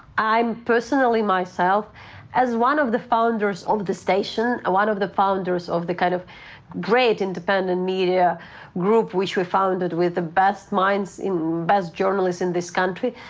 i'm personally myself as one of the founders of the station. one of the founders of the kind of great independent media group which we founded with the best minds, best journalists in this country,